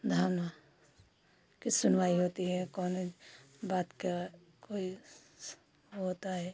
धंग की सुनवाई होती है अब कोनों बात का स वो होता है